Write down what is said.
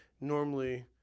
normally